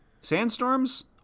sandstorms